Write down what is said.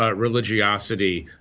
ah religiosity,